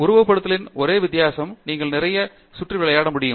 உருவகப்படுத்துதலில் ஒரே வித்தியாசம் நீங்கள் நிறைய சுற்றி விளையாட முடியும்